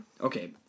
Okay